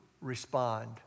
respond